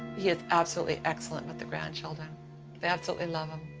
he is absolutely excellent with the grandchildren. they absolutely love him.